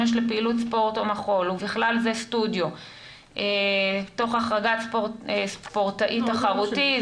לפעילות ספורט או מחול ובכלל זה סטודיו תוך החרגת ספורטאי תחרותי,